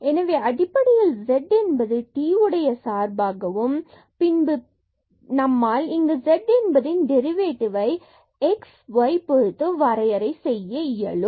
எனவே அடிப்படையில் z என்பது t உடைய சார்பாகவும் மற்றும் பின்பு நம்மால் இங்கு z என்பதின் டெரிவேட்டிவ்வை x and y பொறுத்து வரையறை செய்ய இயலும்